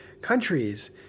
countries